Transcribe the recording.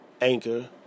Anchor